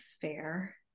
fair